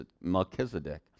Melchizedek